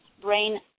brain